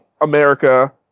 America